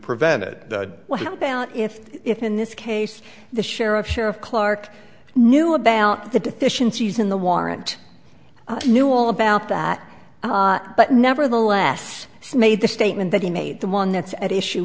prevent it what about if if in this case the sheriff sheriff clark knew about the deficiencies in the warrant he knew all about that but nevertheless made the statement that he made the one that's at issue